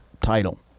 title